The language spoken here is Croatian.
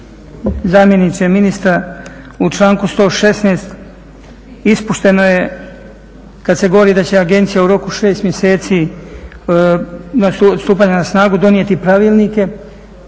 zamjeniče ministra, u članku 116.ispušteno je kada se govori da će agencija u roku 6 mjeseci stupanja na snagu donijeti pravilnike,